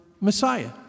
Messiah